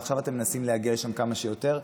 ועכשיו אתם מנסים להגיע לשם כמה שיותר.